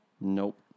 Nope